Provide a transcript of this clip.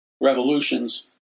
revolutions